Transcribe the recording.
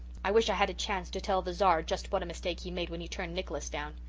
i wish i had a chance to tell the czar just what a mistake he made when he turned nicholas down.